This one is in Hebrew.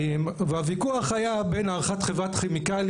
והוויכוח היה בין הערכת חברת כימיקלים